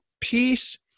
peace